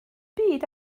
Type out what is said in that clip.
byd